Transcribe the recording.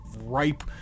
ripe